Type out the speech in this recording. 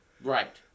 Right